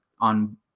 on